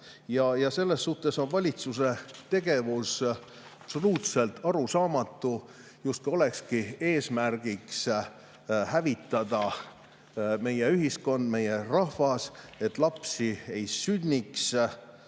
Selles suhtes on valitsuse tegevus absoluutselt arusaamatu, justkui olekski eesmärk hävitada meie ühiskond, meie rahvas, et lapsi ei sünniks.